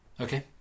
Okay